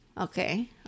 Okay